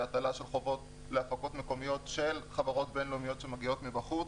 הטלה של חובות להפקות מקומיות של חברות בין-לאומיות שמגיעות מבחוץ.